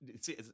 See